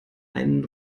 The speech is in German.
einen